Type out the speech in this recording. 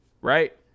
right